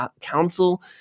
council